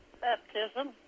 baptism